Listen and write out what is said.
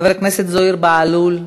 חבר הכנסת זוהיר בהלול,